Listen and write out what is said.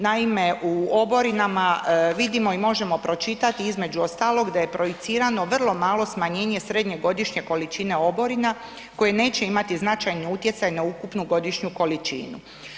Naime, u oborinama vidimo i možemo pročitati, između ostalog, da je projicirano vrlo malo smanjenje srednje godišnje količine oborina koje neće imati značajni utjecaj na ukupnu godišnju količinu.